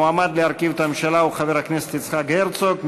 המועמד להרכיב את הממשלה הוא חבר הכנסת יצחק הרצוג.